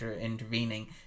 intervening